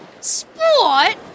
Sport